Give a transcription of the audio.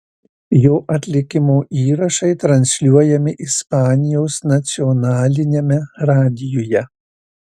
jo atlikimo įrašai transliuojami ispanijos nacionaliniame radijuje